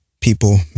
people